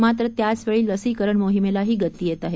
मात्र त्याचवेळी लसीकरण मोहिमेलाही गती येत आहे